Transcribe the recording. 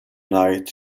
night